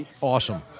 Awesome